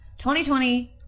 2020